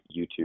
YouTube